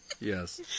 Yes